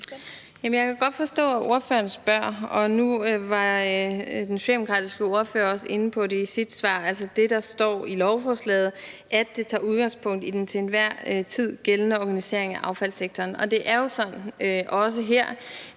jeg kan godt forstå, at ordføreren spørger. Nu var den socialdemokratiske ordfører også inde på det i sit svar – altså det, der står i lovforslaget, at det tager udgangspunkt i den til enhver tid gældende organisering af affaldssektoren. Det er jo sådan, også her